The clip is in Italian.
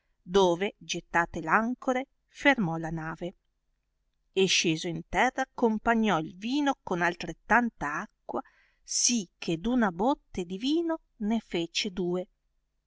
dove gettate ancore fermò la nave e sceso in terra accompagnò il vino con al no trettanta acqua si che d una botte di vino ne fece due